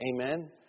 Amen